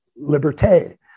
liberté